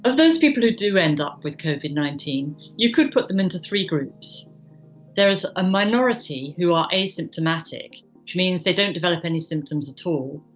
those people who do end up with covid nineteen, you could put them into three groups there is a minority who are asymptomatic which means they don't develop any symptoms at all,